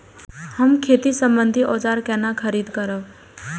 हम खेती सम्बन्धी औजार केना खरीद करब?